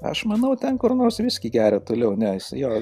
aš manau ten kur nors viskį geria toliau nes jo